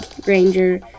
Granger